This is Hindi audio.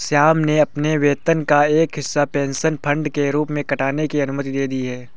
श्याम ने अपने वेतन का एक हिस्सा पेंशन फंड के रूप में काटने की अनुमति दी है